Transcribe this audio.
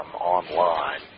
online